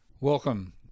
Welcome